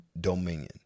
dominion